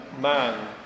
Man